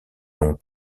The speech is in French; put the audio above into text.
ont